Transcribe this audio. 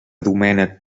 domènec